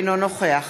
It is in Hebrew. אינו נוכח